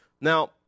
Now